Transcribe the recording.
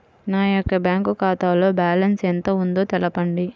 నా యొక్క బ్యాంక్ ఖాతాలో బ్యాలెన్స్ ఎంత ఉందో తెలపండి?